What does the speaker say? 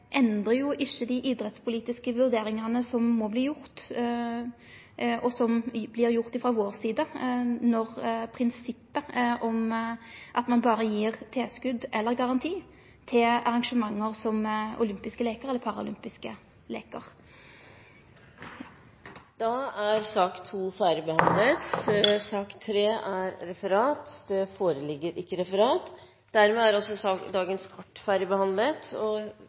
endrar jo ikkje dei idrettspolitiske vurderingane som må verte gjorde, og som me har gjort frå vår side, når prinsippet er at ein berre gir tilskot eller garanti til arrangement som olympiske leiker eller paralympiske leiker. Da er sak nr. 2 ferdigbehandlet. Det foreligger ikke noe referat. Dermed er sakene på dagens kart ferdigbehandlet.